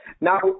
Now